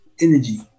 energy